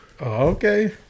Okay